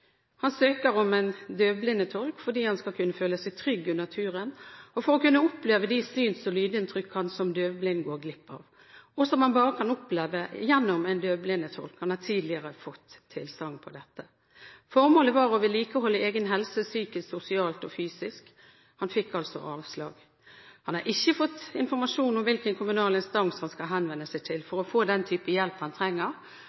Han søker om en døvblindtolk fordi han skal kunne føle seg trygg under turen og for å kunne oppleve de syns- og lydinntrykk han som døvblind går glipp av, og som han bare kan oppleve gjennom en døvblindtolk. Han har tidligere fått tilsagn om dette. Formålet med turen var å vedlikeholde egen helse – psykisk, sosialt og fysisk. Han fikk avslag. Han har ikke fått informasjon om hvilken kommunal instans han skal henvende seg til